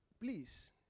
Please